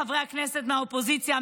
חברי הכנסת מהאופוזיציה,